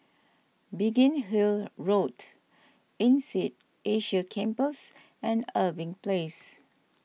Biggin Hill Road Insead Asia Campus and Irving Place